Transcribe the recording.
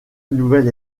nouvel